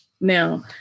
Now